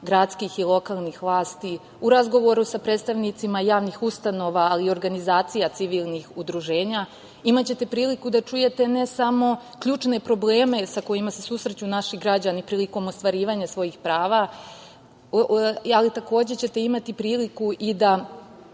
gradskih i lokalnih vlasti, u razgovoru sa predstavnicima javnih ustanova, ali i organizacijama civilnih udruženja imaćete priliku da čujete ne samo ključne probleme sa kojima se susreću naši građani prilikom ostvarivanja svojih prava, ali takođe ćete imati priliku da